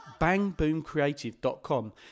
Bangboomcreative.com